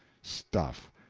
stuff!